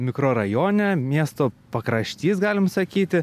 mikrorajone miesto pakraštys galim sakyti